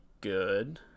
good